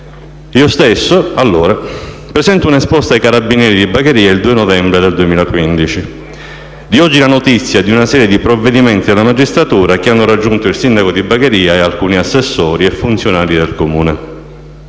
Io stesso, allora, presento un esposto ai carabinieri di Bagheria il 2 novembre 2015. Di oggi è la notizia di una serie di provvedimenti della magistratura che hanno raggiunto il sindaco di Bagheria e alcuni assessori e funzionari del Comune.